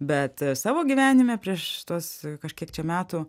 bet savo gyvenime prieš tuos kažkiek čia metų